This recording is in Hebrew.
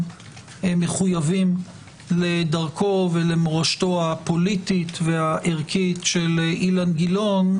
מחויבים לדרכו ולמורשתו הפוליטית והערכית של אילן גילאון,